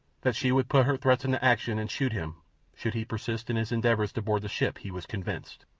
that she would put her threats into action and shoot him should he persist in his endeavour to board the ship he was convinced.